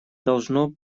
должно